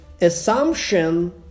assumption